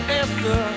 answer